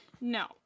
No